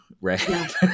right